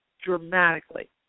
dramatically